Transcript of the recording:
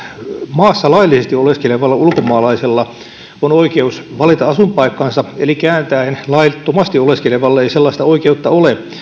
maassa laillisesti oleskelevalla ulkomaalaisella on oikeus valita asuinpaikkansa eli kääntäen laittomasti oleskelevalla ei sellaista oikeutta ole